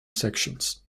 sections